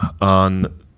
on